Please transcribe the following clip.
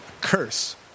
curse